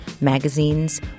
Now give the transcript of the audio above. magazines